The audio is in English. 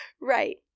Right